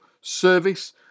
service